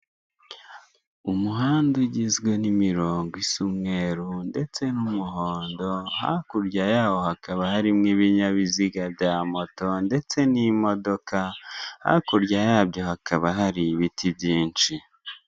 Umuhanda ugizwe n'imirongo isa umweru ndetse n'umuhondo hakurya yawo hakaba harimo ibinyabiziga bya moto ndetse n'imodoka hakurya yabyo hakaba hari ibiti byinshi.